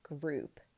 group